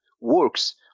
works